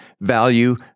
value